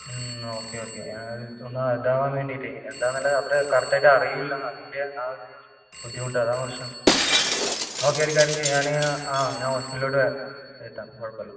okay okay അത് ഒന്ന് ഇതാവാൻ വേണ്ടിയിട്ട് എന്താണെന്നുള്ള അത്ര കറക്റ്റ് ആയിട്ട് അറിയില്ല അതിൻ്റെ ആ ഒരു ബുദ്ധിമുട്ട് അതാണ് പ്രശ്നം ഓക്കേ ഒരു കാര്യം ചെയ്യാം ആ ഞാൻ ആ ഹോസ്പിറ്റലിലോട്ട് എത്താം കുഴപ്പം ഇല്ല